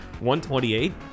128